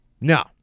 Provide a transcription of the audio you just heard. No